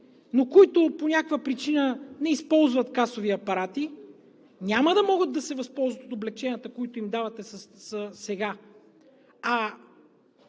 но които по някаква причина не използват касови апарати, няма да могат да се възползват от облекченията, които им давате сега,